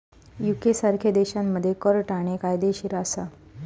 UK सारख्या देशांमध्ये कर टाळणे कायदेशीर असा